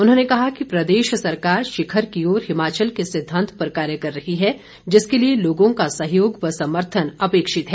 उन्होंने कहा कि प्रदेश सरकार शिखर की ओर हिमाचल के सिद्धांत पर कार्य कर रही है जिसके लिए लोगों का सहयोग व समर्थन अपेक्षित है